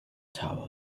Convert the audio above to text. tower